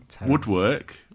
woodwork